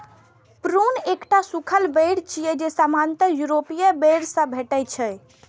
prune एकटा सूखल बेर छियै, जे सामान्यतः यूरोपीय बेर सं भेटै छै